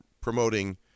promoting